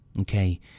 Okay